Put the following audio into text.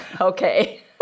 Okay